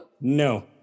No